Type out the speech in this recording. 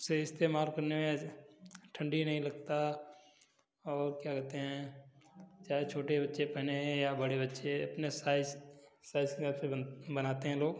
उसे इस्तेमाल करने में ठंडी नहीं लगता और क्या कहते हैं चाहे छोटे बच्चे पहने या बड़े बच्चे अपने साइज़ साइज़ के हिसाब से बन बनाते हैं लोग